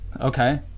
okay